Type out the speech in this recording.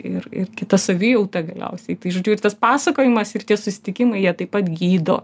ir ir kita savijauta galiausiai tai žodžiu ir tas pasakojimas ir tie susitikimai jie taip pat gydo